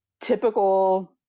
typical